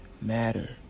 matter